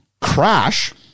Crash